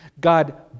God